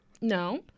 No